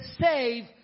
save